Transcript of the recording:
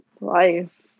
life